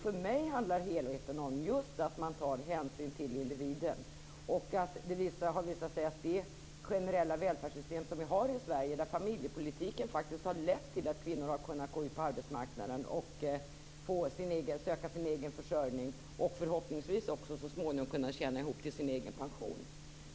För mig handlar helheten om just att man tar hänsyn till individen. Det har visat sig att i det generella välfärdssystem som vi har i Sverige har familjepolitiken faktiskt lett till att kvinnor har kunnat gå ut på arbetsmarknaden och söka sin egen försörjning och att de förhoppningsvis också så småningom kan tjäna ihop till sin egen pension.